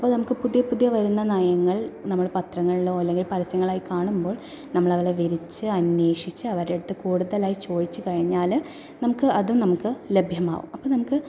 അപ്പം നമുക്ക് പുതിയ പുതിയ വരുന്ന നയങ്ങൾ നമ്മൾ പാത്രങ്ങളിലോ അല്ലെങ്കിൽ പരസ്യങ്ങളായി കാണുമ്പോൾ നമ്മൾ അവരെ വിളിച്ച് അന്വേഷിച്ച് അവരുടെ അടുത്ത് കൂടുതലായി ചോദിച്ചു കഴിഞ്ഞാൽ നമുക്ക് അതും നമുക്ക് ലഭ്യമാകും അപ്പോൾ നമുക്ക്